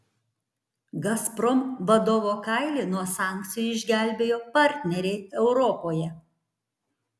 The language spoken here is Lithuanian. gazprom vadovo kailį nuo sankcijų išgelbėjo partneriai europoje